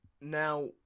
now